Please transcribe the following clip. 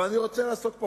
אבל אני רוצה לעסוק,